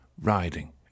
riding